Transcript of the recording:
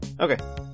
Okay